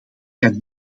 kan